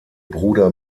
bruder